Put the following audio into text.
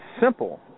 simple